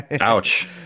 Ouch